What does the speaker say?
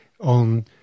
on